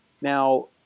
Now